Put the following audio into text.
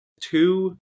two